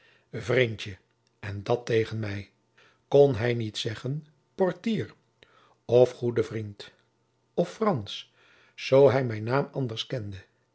vrindje en dat tegen mij kon hij niet zeggen poortier of goede vriend of frans zoo hij mijn naam anders kende